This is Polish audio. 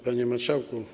Panie Marszałku!